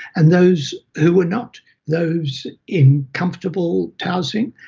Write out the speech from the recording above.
and those who were not those in comfortable housing,